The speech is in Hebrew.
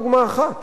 בתחום הבריאות,